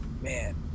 man